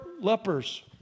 lepers